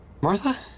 Martha